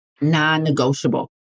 non-negotiable